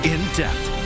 In-depth